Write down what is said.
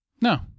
No